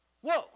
whoa